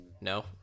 no